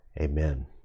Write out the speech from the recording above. amen